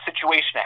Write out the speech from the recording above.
situation